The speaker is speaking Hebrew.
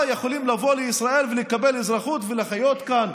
יכולים לבוא לישראל ולקבל אזרחות ולחיות כאן.